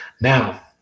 Now